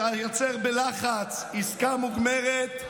ולייצר בלחץ עסקה מוגמרת,